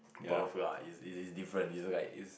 birth lah it it it's different it's like it's